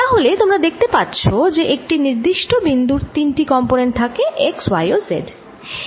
তাহলে তোমরা দেখতে পাচ্ছ যে একটি নির্দিষ্ট বিন্দুর তিনটি কম্পোনেন্ট থাকে x y ও z